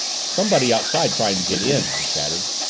somebody outside trying to get in, he chattered.